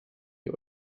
die